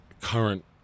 current